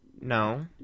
No